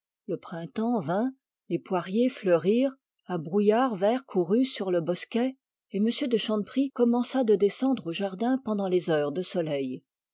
le printemps vint les poiriers fleurirent un brouillard vert courut sur le bosquet et m de chanteprie commença de descendre au jardin pendant les heures de soleil